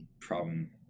problem